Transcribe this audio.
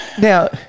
Now